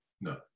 No